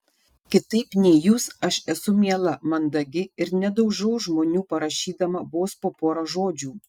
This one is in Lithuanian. kitaip nei jūs aš esu miela mandagi ir nedaužau žmonių parašydama vos po porą žodžių